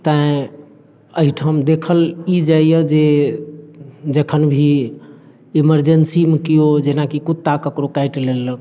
तैँ एहिठाम देखल ई जाइया जे जखन भी ईमरजेंसी मे केओ जेनाकि कुत्ता ककरो काटि लेलक